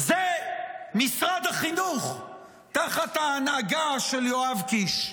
זה משרד החינוך תחת ההנהגה של יואב קיש.